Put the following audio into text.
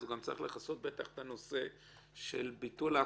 אז הוא צריך גם לכסות את הנושא של ביטול ההכרה.